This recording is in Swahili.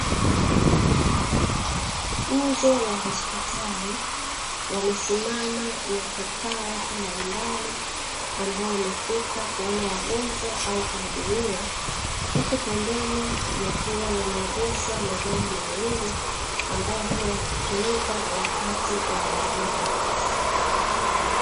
Nje ya hospitali wamesimama na kukaa watu mbalimbali, ambao wamefika kuona wagonjwa au kuhudumiwa. Huku pembeni yakiwa yameegeshwa magari maalumu ambayo huwa yakitumika wakati wa dharura.